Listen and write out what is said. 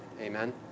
Amen